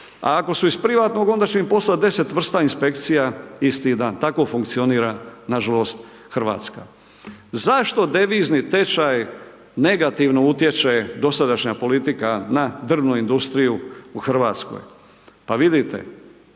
Ako su iz privatnog, onda će im poslati 10 vrsta inspekcija isti dan, tako funkcionira na žalost Hrvatska. Zašto devizni tečaj negativno utječe dosadašnja politika na drvnu industriju u Hrvatskoj? Pa vidite,